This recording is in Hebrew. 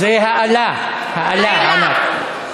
זה האלה, האלה ענת.